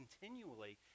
continually